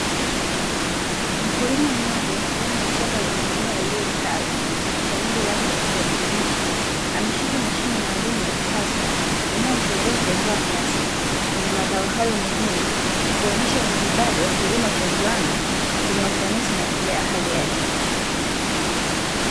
Mkulima mmoja ndani ya shamba lenye mimea iliyo stawi na kushamiri rangi ya kijani kibichi, ameshika mashine maalumu ya kisasa inayomsaidia kuondoa nyasi kwenye mazao hayo muhimu, kuonesha umaridadi wa kilimo cha viwanda chenye ufanisi na tija ya hali ya juu.